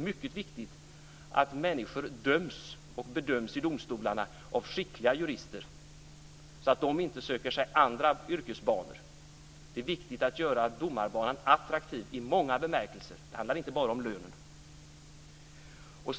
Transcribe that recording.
mycket viktigt att människor döms och bedöms i domstolarna av skickliga jurister - och inte söker sig till andra yrkesbanor. Det är viktigt att göra domarbanan attraktiv i många bemärkelser - det handlar inte bara om lönen.